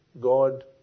God